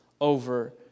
over